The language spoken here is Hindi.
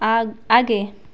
आ आगे